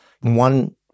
one